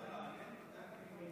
אפשר לרענן את הרשימה?